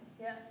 Yes